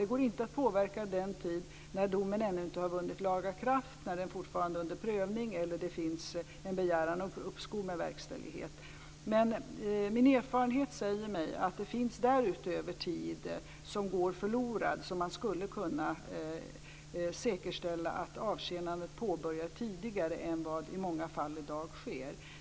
Det går inte att påverka den tid när domen ännu inte har vunnit laga kraft, när den fortfarande är under prövning eller när det finns en begäran om uppskov med verkställighet. Men min erfarenhet säger mig att det därutöver finns tid som går förlorad. Man skulle kunna säkerställa att avtjänandet påbörjas tidigare än vad som i många fall i dag sker.